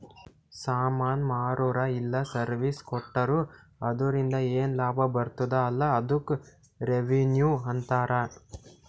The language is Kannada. ಸಾಮಾನ್ ಮಾರುರ ಇಲ್ಲ ಸರ್ವೀಸ್ ಕೊಟ್ಟೂರು ಅದುರಿಂದ ಏನ್ ಲಾಭ ಬರ್ತುದ ಅಲಾ ಅದ್ದುಕ್ ರೆವೆನ್ಯೂ ಅಂತಾರ